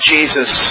Jesus